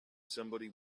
somebody